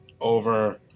over